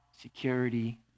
security